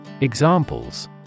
Examples